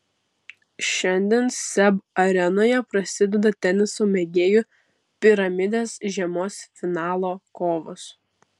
šiandien seb arenoje prasideda teniso mėgėjų piramidės žiemos finalo kovos